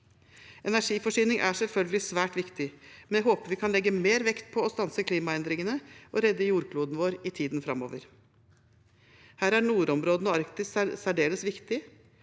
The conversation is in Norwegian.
Energiforsyning er selvfølgelig svært viktig, men jeg håper vi kan legge mer vekt på å stanse klimaendringene og redde jordkloden vår i tiden framover. Her er nordområdene og Arktis særdeles viktig.